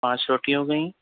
پانچ روٹی ہوگئیں